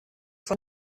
von